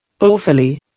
awfully